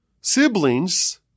siblings